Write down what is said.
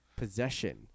Possession